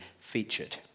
featured